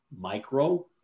micro